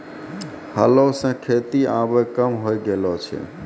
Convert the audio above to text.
हलो सें खेती आबे कम होय गेलो छै